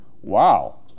Wow